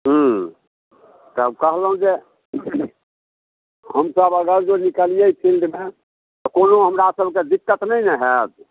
हूँ तऽ कहलहुँ जे हमसब अगर जे निकलियै फिल्डमे तऽ कोनो हमरा सबके दिक्कत नहि ने होयत